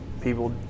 people